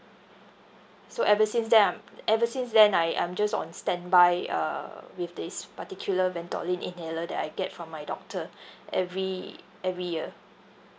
so ever since that I'm ever since then I I'm just on standby uh with this particular ventolin inhaler that I get from my doctor every every year